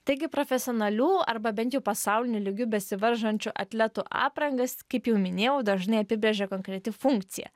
taigi profesionalių arba bent jau pasauliniu lygiu besivaržančių atletų aprangas kaip jau minėjau dažnai apibrėžia konkreti funkcija